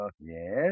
Yes